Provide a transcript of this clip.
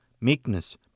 meekness